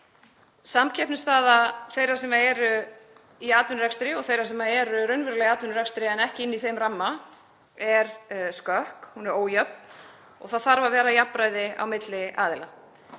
Samkeppnisstaða þeirra sem eru í atvinnurekstri og þeirra sem eru raunverulega í atvinnurekstri en ekki inni í þeim ramma er skökk, hún er ójöfn og það þarf að vera jafnræði á milli aðila.